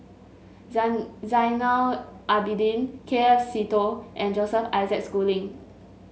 Zainal Abidin K F Seetoh and Joseph Isaac Schooling